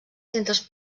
centres